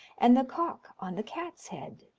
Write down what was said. and the cock on the cat's head.